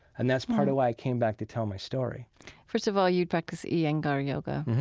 and that's part of why i came back to tell my story first of all, you practice yeah iyengar yoga,